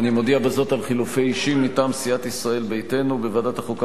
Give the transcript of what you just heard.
אני מודיע בזאת על חילופי אישים מטעם סיעת ישראל ביתנו: בוועדת החוקה,